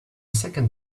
second